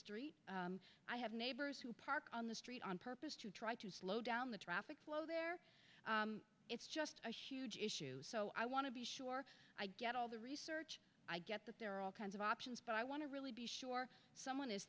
street i have neighbors who park on the street on purpose to try to slow down the traffic flow there it's just a huge issue so i want to be sure i get all the research i get that there are all kinds of options but i want to really be sure someone is